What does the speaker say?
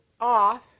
off